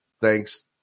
thanks